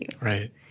Right